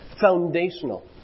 Foundational